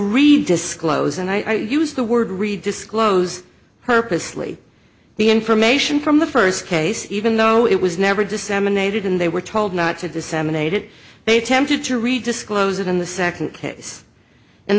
read disclose and i used the word reed disclose purposely the information from the first case even though it was never disseminated and they were told not to disseminate it they tempted to read disclose it in the second